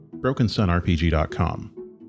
BrokenSunRPG.com